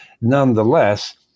Nonetheless